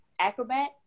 acrobat